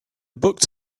booked